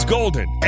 Golden